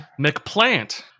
McPlant